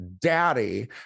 daddy